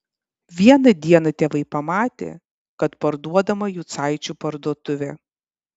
vieną dieną tėvai pamatė kad parduodama jucaičių parduotuvė